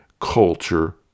culture